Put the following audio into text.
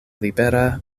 libera